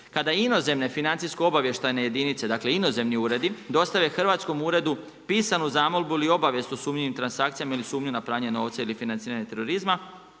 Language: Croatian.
Kada inozemne financijsko-obavještajne jedinice, dakle inozemni uredi, dostave hrvatskom uredu pisanu zamolbu ili obavijest o sumnjivim transakcijama ili sumnju na pranje novca ili financiranje terorizma,